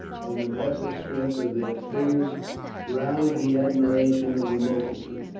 and the massive strength of their figures roused the admiration of the multitude,